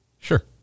Sure